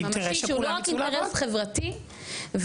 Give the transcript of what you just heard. לא רק אינטרס חברתי.